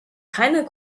keine